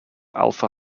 alpha